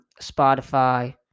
Spotify